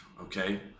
okay